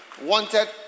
wanted